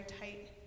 tight